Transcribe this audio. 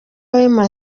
wema